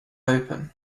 open